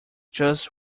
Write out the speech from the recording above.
just